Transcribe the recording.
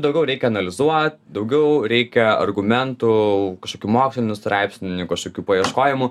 daugiau reikia analizuot daugiau reikia argumentų kažkokių mokslinių straipsnių kažkokių paieškojimų